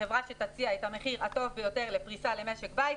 החברה שתציע את המחיר הטוב ביותר לפריסה למשק בית,